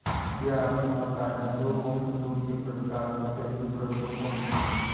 क्या आपको पता है दो मुख्य जूट के प्रकार सफ़ेद जूट और टोसा जूट है